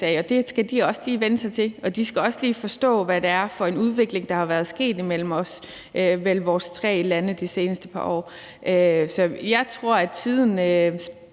sag. Det skal de også lige vænne sig til, og de skal også lige forstå, hvad det er for en udvikling, der er sket mellem vores tre lande de seneste par år. Så jeg tror, at tiden er